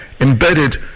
embedded